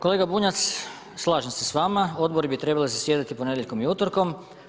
Kolega Bunjac, slažem se s vama, odbori bi trebali zasjedati ponedjeljkom i utorkom.